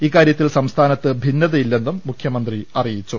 ഇക്കാര്യ ത്തിൽ സംസ്ഥാനത്ത് ഭിന്നതയില്ലെന്നും മുഖ്യമന്ത്രി അറിയിച്ചു